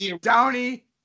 Downey